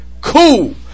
cool